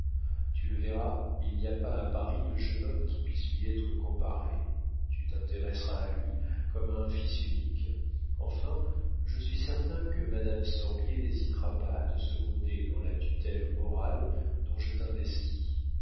tu le verras il n'y a pas à paris de jeune homme qui puisse lui être comparé tu t'intéresseras à lui comme à un fils unique enfin je suis certain que madame sorbier n'hésitera pas à le seconder dans la tutelle morale dont je t'investis